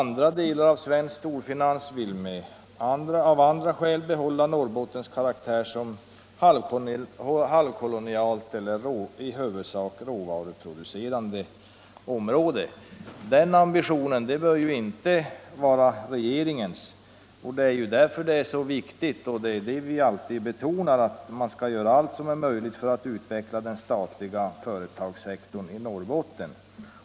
Andra delar av svensk storfinans vill av andra skäl behålla Norrbottens karaktär av halvkolonialt eller i huvudsak råvaruproducerande område. Men den ambitionen bör inte vara regeringens. Det är därför det är så viktigt — vilket vi alltid betonar — att man gör allt som är möjligt för att utveckla den statliga företagssektorn i Norrbotten.